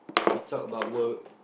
we talk about work